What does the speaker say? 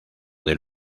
del